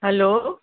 hello